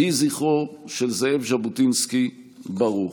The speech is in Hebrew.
יהי זכרו של זאב ז'בוטינסקי ברוך.